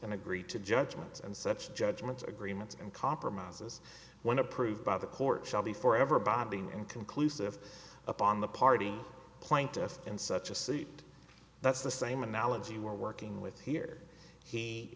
and agree to judgments and such judgments agreements and compromises when approved by the court shall be forever binding and conclusive upon the party plaintiffs in such a state that's the same analogy we're working with here he